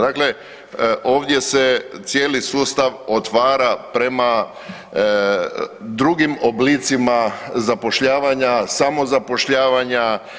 Dakle, ovdje se cijeli sustav otvara prema drugim oblicima zapošljavanja, samozapošljavanja.